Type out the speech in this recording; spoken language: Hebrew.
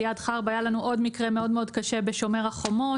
היה לנו עוד מקרה מאוד קשה ב"שומר החומות",